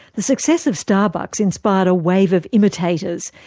the success of starbucks inspired a wave of imitators.